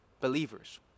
believers